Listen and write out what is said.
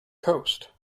coast